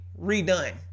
redone